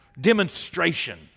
Demonstration